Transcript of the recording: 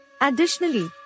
Additionally